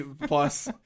plus